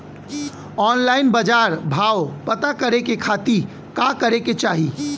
Online बाजार भाव पता करे के खाती का करे के चाही?